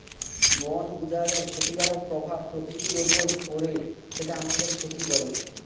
বন উজাড়ের ক্ষতিকারক প্রভাব প্রকৃতির উপর পড়ে যেটা আমাদের ক্ষতি করে